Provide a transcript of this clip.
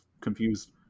confused